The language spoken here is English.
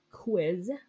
Quiz